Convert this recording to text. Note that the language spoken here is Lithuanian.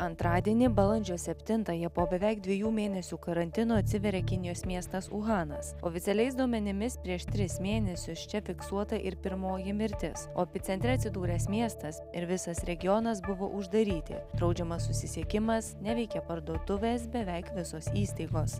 antradienį balandžio septintąją po beveik dviejų mėnesių karantino atsiveria kinijos miestas uhanas oficialiais duomenimis prieš tris mėnesius čia fiksuota ir pirmoji mirtis o epicentre atsidūręs miestas ir visas regionas buvo uždaryti draudžiamas susisiekimas neveikė parduotuvės beveik visos įstaigos